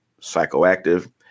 psychoactive